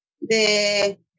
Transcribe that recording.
de